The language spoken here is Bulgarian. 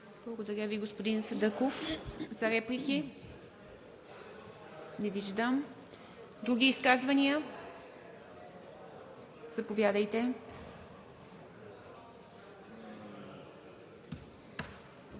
Благодаря Ви, господин Садъков. Реплики? Не виждам. Други изказвания? Заповядайте.